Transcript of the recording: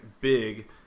big